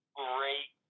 great